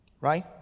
Right